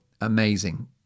Amazing